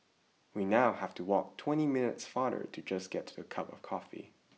we now have to walk twenty minutes farther to just get a cup of coffee